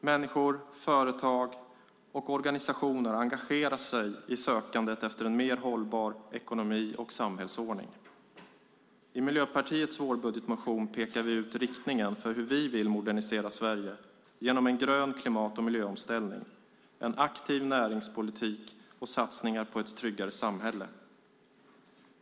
Människor, företag och organisationer engagerar sig i sökandet efter en mer hållbar ekonomi och samhällsordning. I Miljöpartiets vårbudgetmotion pekar vi ut riktningen för hur vi vill modernisera Sverige genom en grön klimat och miljöomställning, en aktiv näringspolitik och satsningar på ett tryggare samhälle.